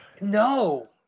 no